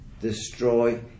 destroy